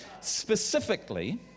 Specifically